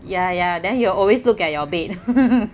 ya ya then you will always look at your bed